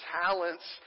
talents